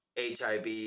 HIV